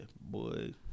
boy